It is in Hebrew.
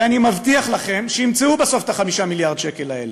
ואני מבטיח לכם שימצאו בסוף את 5 מיליארד השקל האלה.